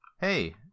hey